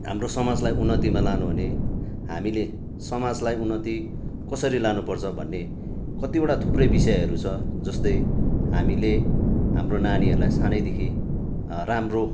हाम्रो समाजलाई उन्नतिमा लानु हो भने हामीले समाजलाई उन्नति कसरी लानुपर्छ भन्ने कतिवटा थुप्रै विषयहरू छ जस्तै हामीले हाम्रो नानीहरूलाई सानैदेखि राम्रो